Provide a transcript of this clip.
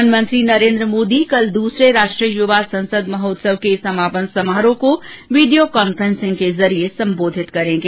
प्रधानमंत्री नरेन्द्र मोदी कल दूसरे राष्ट्रीय युवा संसद महोत्सव के समापन समारोह को वीडियो कांफ्रेंसिंग के जरिये संबोधित करेंगे